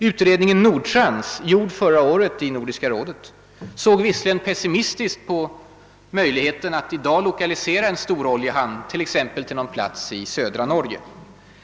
Utredningen »Nordtrans», gjord förra året inom Nordiska rådet, såg visserligen pessimistiskt på möjligheten att i dag lokalisera en storoljehamn till t.ex. någon plats i södra Norge.